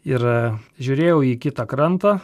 ir žiūrėjau į kitą krantą